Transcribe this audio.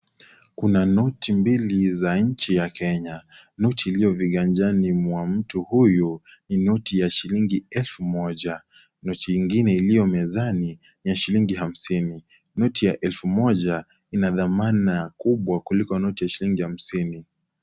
Kuna noti mbili za nchi ya Kenya, noti iliyo viganjani mwa mtu huyu, ni noti ya shilingi elfu moja. Noti ingine iliyo mezani ni ya shilingi hamsini. Noti ya elfu moja ina thamana kubwa kuliko noti ya shilingi hamsini.